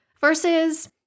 versus